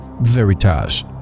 Veritas